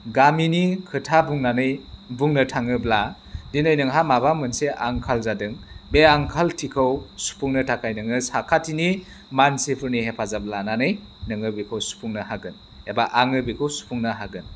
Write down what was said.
गामिनि खोथा बुंनानै बुंनो थाङोब्ला दिनै नोंहा माबा मोनसे आंखाल जादों बे आंखालथिखौ सुफुंनो थाखाय नोङो साखाथिनि मानसिफोरनि हेफाजाब लानानै नोङो बेखौ सुफुंनो हागोन एबा आङो बेखौ सुफुंनो हागोन